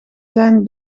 zijn